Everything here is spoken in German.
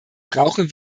brauchen